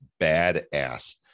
badass